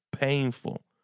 painful